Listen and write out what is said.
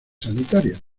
sanitarias